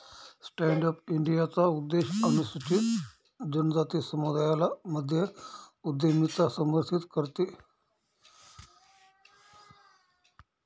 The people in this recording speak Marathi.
स्टॅन्ड अप इंडियाचा उद्देश अनुसूचित जनजाति समुदायाला मध्य उद्यमिता समर्थित करते